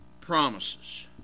promises